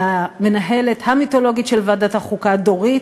למנהלת המיתולוגית של ועדת החוקה, דורית,